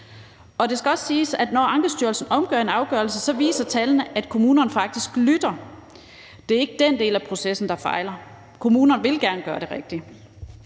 Det skal også siges, at når Ankestyrelsen omgør en afgørelse, viser tallene, at kommunerne faktisk lytter. Det er ikke den del af processen, der fejler. Kommunerne vil gerne gøre det rigtige.